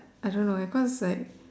I don't know cause like